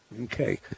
Okay